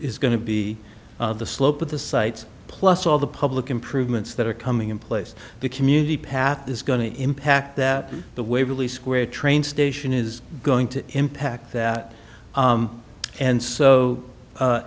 is going to be the slope of the sites plus all the public improvements that are coming in place the community path is going to impact that the waverley square train station is going to impact that and so